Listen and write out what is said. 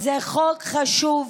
זה חוק חשוב.